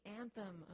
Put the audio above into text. anthem